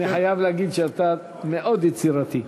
אני חייב להגיד שאתה מאוד יצירתי.